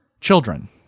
children